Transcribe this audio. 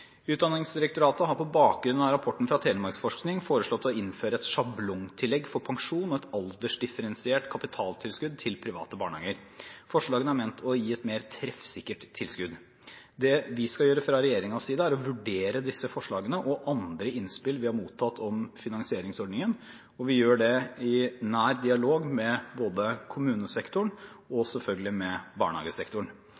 Utdanningsdirektoratet har på bakgrunn av rapporten fra Telemarksforskning foreslått å innføre et sjablongtillegg for pensjon og et aldersdifferensiert kapitaltilskudd til private barnehager. Forslagene er ment å gi et mer treffsikkert tilskudd. Det vi skal gjøre fra regjeringens side, er å vurdere disse forslagene og andre innspill vi har mottatt om finansieringsordningen. Vi gjør det i nær dialog med kommunesektoren